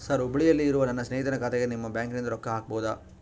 Sir ಹುಬ್ಬಳ್ಳಿಯಲ್ಲಿ ಇರುವ ನನ್ನ ಸ್ನೇಹಿತನ ಖಾತೆಗೆ ನಿಮ್ಮ ಬ್ಯಾಂಕಿನಿಂದ ರೊಕ್ಕ ಹಾಕಬಹುದಾ?